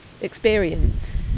experience